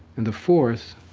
and the fourth,